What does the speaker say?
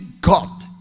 God